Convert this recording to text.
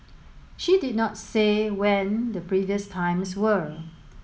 she did not say when the previous times were